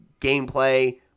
gameplay